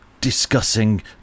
discussing